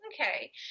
Okay